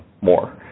more